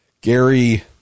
Gary